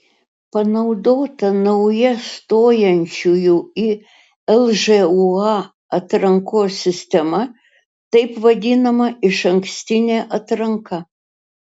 panaudota nauja stojančiųjų į lžūa atrankos sistema taip vadinama išankstinė atranka